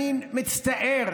אני מצטער